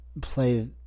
play